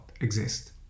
exist